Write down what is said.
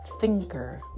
thinker